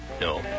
No